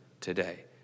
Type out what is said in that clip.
today